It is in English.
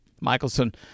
Michelson